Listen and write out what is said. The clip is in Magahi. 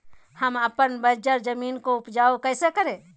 हम अपन बंजर जमीन को उपजाउ कैसे करे?